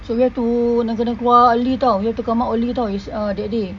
so we have to kena keluar early [tau] you have to come out early [tau] that day